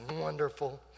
wonderful